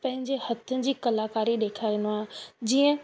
पंहिंजे हथनि जी कलाकारी ॾेखारींदो आहे जीअं